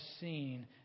seen